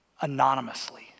anonymously